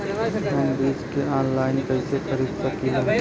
हम बीज के आनलाइन कइसे खरीद सकीला?